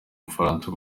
bufaransa